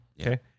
Okay